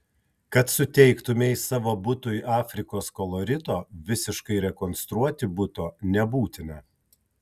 kad suteiktumei savo butui afrikos kolorito visiškai rekonstruoti buto nebūtina